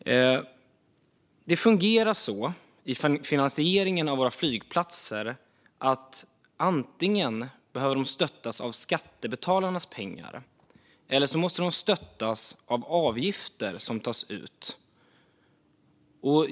Finansieringen av våra flygplatser fungerar så att de behöver stöttas antingen av skattebetalarnas pengar eller genom att avgifter tas ut.